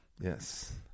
Yes